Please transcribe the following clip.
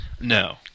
No